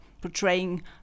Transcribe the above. portraying